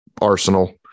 arsenal